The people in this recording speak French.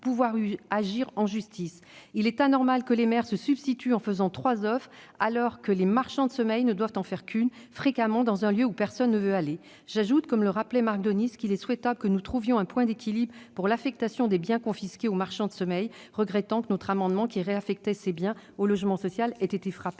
pouvoir agir en justice. Il est anormal que les maires se substituent en proposant trois offres, alors que les marchands de sommeil ne doivent en faire qu'une, fréquemment dans un lieu où personne ne veut aller ! J'ajoute, comme le rappelait Marc Daunis, qu'il est souhaitable que nous trouvions un point d'équilibre pour l'affectation des biens confisqués aux marchands de sommeil, regrettant que notre amendement visant à réaffecter ces biens au logement social ait été frappé